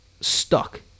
stuck